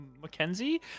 Mackenzie